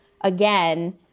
again